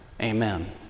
Amen